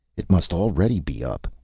it must already be up,